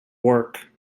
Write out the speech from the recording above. work